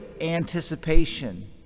anticipation